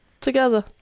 together